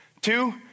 Two